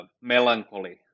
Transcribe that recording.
melancholy